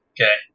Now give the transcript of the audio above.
Okay